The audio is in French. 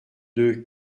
deux